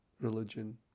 religion